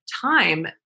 time